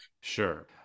Sure